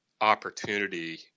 opportunity